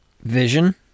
Vision